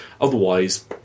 otherwise